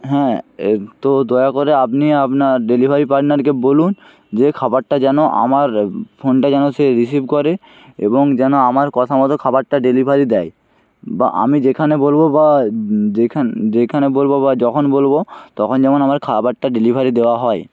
হ্যাঁ এ তো দয়া করে আপনি আপনার ডেলিভারি পার্টনারকে বলুন যে খাবারটা যেন আমার ফোনটা যেন সে রিসিভ করে এবং যেন আমার কথামতো খাবারটা ডেলিভারি দেয় বা আমি যেখানে বলবো বা যেখান যেখানে বলবো বা যখন বলবো তখন যেমন আমার খাবারটা ডেলিভারি দেওয়া হয়